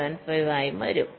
75 ആയി വരും